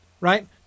right